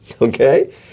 Okay